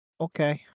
Okay